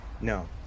no